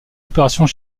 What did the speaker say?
opérations